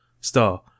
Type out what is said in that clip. star